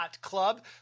club